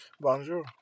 Bonjour